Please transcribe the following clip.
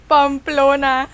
Pamplona